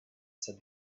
said